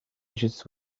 juice